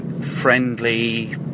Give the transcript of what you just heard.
friendly